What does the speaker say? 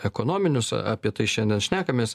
ekonominius apie tai šiandien šnekamės